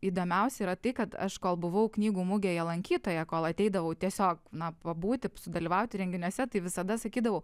įdomiausia yra tai kad aš kol buvau knygų mugėje lankytoja kol ateidavau tiesiog na pabūti sudalyvauti renginiuose tai visada sakydavau